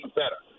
better